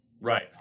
Right